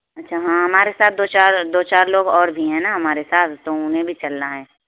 اچھا ہاں ہمارے ساتھ دو چار دو چار لوگ اور بھی ہیں نا ہمارے ساتھ تو انہیں بھی چلنا ہے